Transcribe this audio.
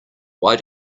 why